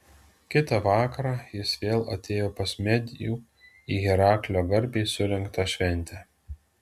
kitą vakarą jis vėl atėjo pas medijų į heraklio garbei surengtą šventę